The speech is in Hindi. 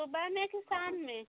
सुबह में कि शाम में